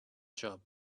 job